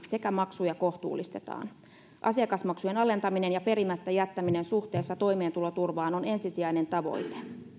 sekä maksuja kohtuullistetaan asiakasmaksujen alentaminen ja perimättä jättäminen suhteessa toimeentuloturvaan on ensisijainen tavoite